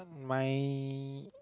my